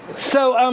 so